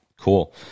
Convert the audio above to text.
Cool